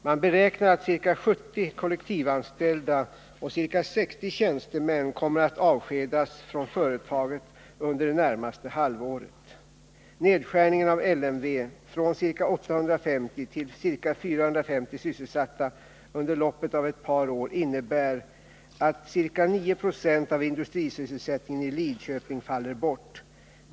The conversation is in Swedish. Man beräknar att ca 70 kollektivanställda och ca 60 tjänstemän kommer att avskedas från företaget under det närmaste halvåret. Nedskärningen av LMV från ca 850 till ca 450 sysselsatta under loppet av ett par år innebär att ca 9 Jo av industrisysselsättningen i Lidköping faller bort.